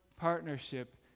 partnership